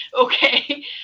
okay